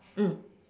mm